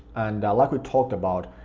and like we talked about,